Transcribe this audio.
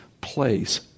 place